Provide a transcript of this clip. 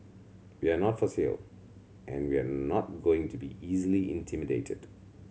we're not for sale and we're not going to be easily intimidated